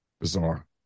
Bizarre